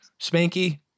spanky